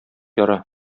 яра